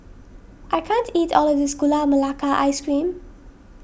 I can't eat all of this Gula Melaka Ice Cream